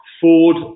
Ford